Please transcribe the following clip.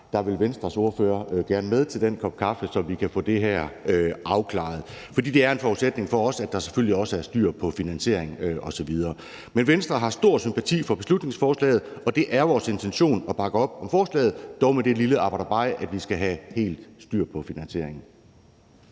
der vil Venstres ordfører gerne med til den kop kaffe, så vi kan få det her afklaret, for det er en forudsætning for os, at der selvfølgelig også er styr på finansieringen osv. Men Venstre har stor sympati for beslutningsforslaget, og det er vores intention at bakke op om forslaget, dog med det lille aber dabei, at vi skal have helt styr på finansieringen.